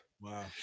Wow